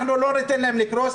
אנחנו לא ניתן להם לקרוס,